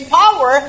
power